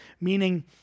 meaning